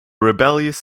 rebellious